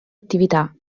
attività